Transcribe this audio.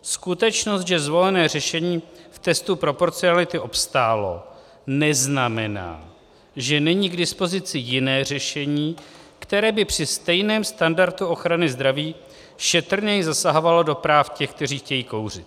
Skutečnost, že zvolené řešení testu proporcionality obstálo, neznamená, že není k dispozici jiné řešení, které by při stejném standardu ochrany zdraví šetrněji zasahovalo do práv těch, kteří chtějí kouřit.